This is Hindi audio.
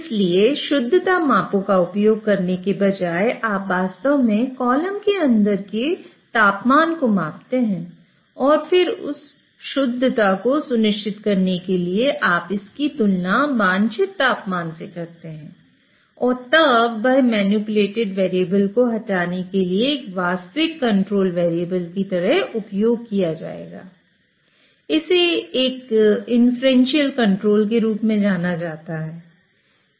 इसलिए शुद्धता मापों का उपयोग करने के बजाय आप वास्तव में कॉलम की अंदर की तापमान को मापते हैं और फिर उस शुद्धता को सुनिश्चित करने के लिए आप इसकी तुलना वांछित तापमान से करते हैं और तब वह मैनिपुलेटेड वेरिएबल के रूप में जाना जाता है